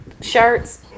shirts